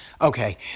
okay